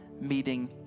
meeting